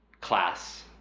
class